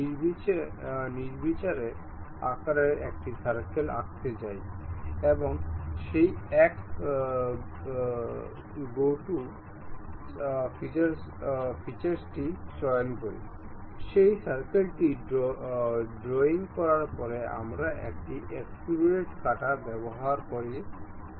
circular সারফেসটি tangent হতে হবে তা নির্বাচন করুন এবং আমরা ক্লিক করব ট্যান্জেন্ট নির্বাচন করে আমরা এখানে বা মিনি টুলবক্সে এ ক্লিক করি